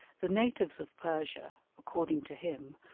the natives of persia, according to him,